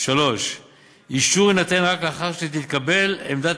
3. אישור יינתן רק לאחר שתתקבל עמדת